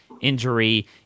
injury